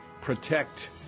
protect